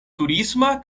turisma